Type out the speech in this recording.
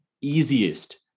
easiest